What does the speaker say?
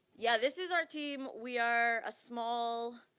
yeah, this is our team we are a small,